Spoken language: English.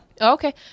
Okay